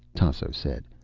tasso said.